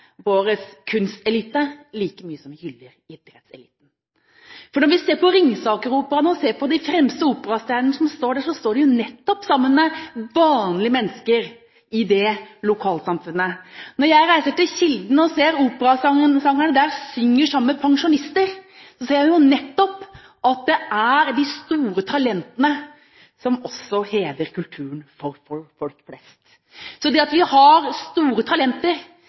kunstelite like mye som vi hyller idrettseliten! Når vi ser RingsakerOperaen og ser de fremste operastjernene som står der, står de nettopp sammen med vanlige mennesker i det lokalsamfunnet. Når jeg reiser til Kilden og ser operasangerne der synge sammen med pensjonister, ser jeg nettopp at det er de store talentene som også hever kulturen for folk flest. Det at vi har store talenter,